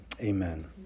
Amen